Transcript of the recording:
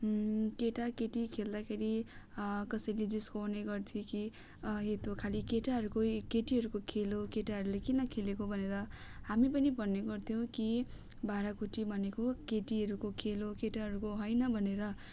केटाकेटी खेल्दाखेरि कसैले जिस्काउने गर्थ्यो कि यो त खालि केटाहरूकै केटीहरूको खेल हो केटाहरूले किन खेलेको भनेर हामी पनि भन्ने गर्थ्यौँ कि भाँडाकुटी भनेको केटीहरूको खेल हो केटाहरूको होइन भनेर